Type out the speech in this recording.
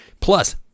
Plus